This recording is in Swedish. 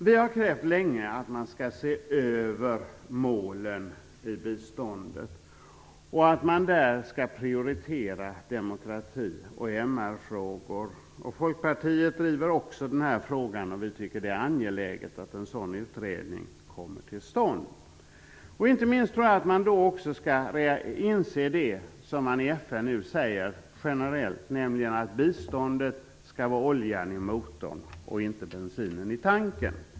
Vi har länge krävt att man skall se över målen i biståndet och att man där skall prioritera demokrati och MR-frågor. Folkpartiet driver också den här frågan. Vi tycker att det är angeläget att en sådan utredning kommer till stånd. Inte minst tror jag att man då också skall inse det som nu sägs generellt i FN, nämligen att biståndet skall vara oljan i motorn och inte bensinen i tanken.